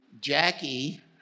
Jackie